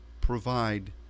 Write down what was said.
provide